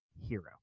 hero